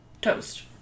toast